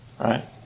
Right